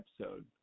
episode